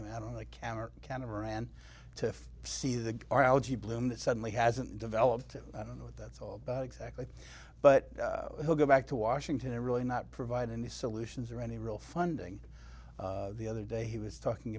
him out of the camera can and ran to see the r algae bloom that suddenly hasn't developed i don't know what that's all about exactly but we'll go back to washington really not provide any solutions or any real funding the other day he was talking